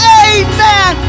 amen